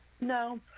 No